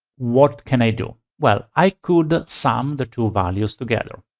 what can i do? well, i could sum the two values together.